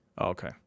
Okay